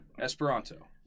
Esperanto